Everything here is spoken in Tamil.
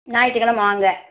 ஞாயிற்றுக் கெழமை வாங்க